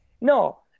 no